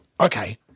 okay